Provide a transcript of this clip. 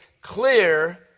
clear